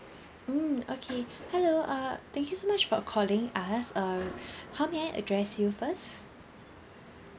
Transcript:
mm okay hello err thank you so much for calling us err how may I address you first